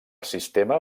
sistema